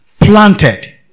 planted